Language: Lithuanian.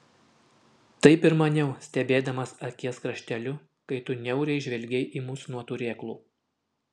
taip ir maniau stebėdamas akies krašteliu kai tu niauriai žvelgei į mus nuo turėklų